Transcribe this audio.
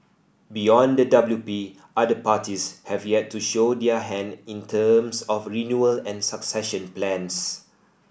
beyond the W P other parties have yet to show their hand in terms of renewal and succession plans